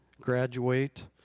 Graduate